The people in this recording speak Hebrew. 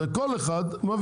זה כל אחד מביא,